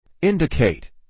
Indicate